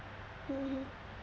mmhmm